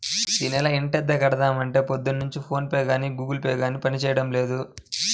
యీ నెల ఇంటద్దె కడదాం అంటే పొద్దున్నుంచి ఫోన్ పే గానీ గుగుల్ పే గానీ పనిజేయడం లేదు